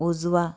उजवा